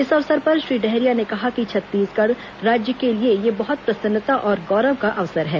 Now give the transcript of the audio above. इस अवसर पर श्री डहरिया ने कहा कि छत्तीसगढ़ राज्य के लिए यह बहुत प्रसन्नता और गौरव का अवसर है